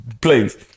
planes